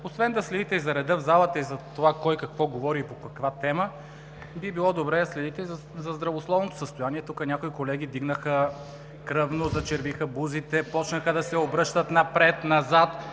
освен да следите за реда в залата и за това кой какво говори и по каква тема, би било добре да следите и за здравословното състояние. Тук някои колеги вдигнаха кръвно, зачервиха бузите, започнаха да се обръщат напред, назад.